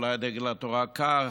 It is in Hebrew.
אולי דגל התורה כך,